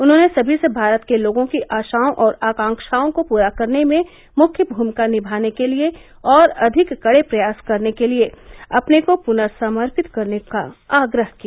उन्होंने सभी से भारत के लोगों की आशाओं और आकांक्षाओं को पूरा करने में मुख्य भूमिका निमाने के लिए और अधिक कड़े प्रयास के लिए अपने को पुनर्समर्पित करने का आग्रह किया